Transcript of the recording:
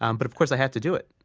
um but, of course, i had to do it.